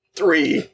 Three